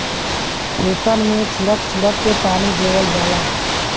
खेतन मे छीड़क छीड़क के पानी देवल जाला